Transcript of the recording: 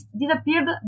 disappeared